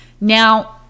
Now